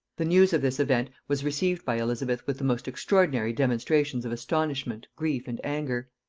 the news of this event was received by elizabeth with the most extraordinary demonstrations of astonishment, grief, and anger.